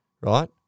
right